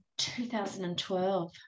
2012